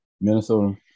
Minnesota